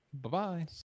Bye-bye